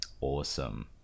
awesome